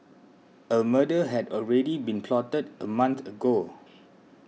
a murder had already been plotted a month ago